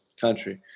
country